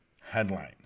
headlines